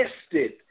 tested